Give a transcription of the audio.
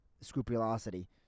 scrupulosity